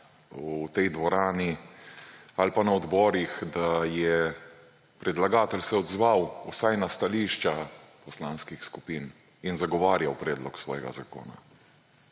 v tej dvorani ali pa na odborih, da se je predlagatelj odzval vsaj na stališča poslanskih skupin in zagovarjal predlog svojega zakona.